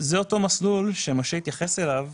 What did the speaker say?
אותו מסלול שמשה התייחס אליו,